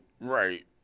right